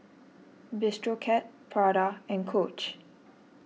Bistro Cat Prada and Coach